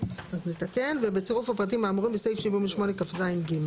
יש לנו כמה הערות לסעיף הזה.